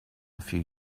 few